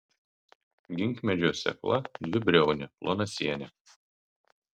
ginkmedžio sėkla dvibriaunė plonasienė